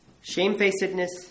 shamefacedness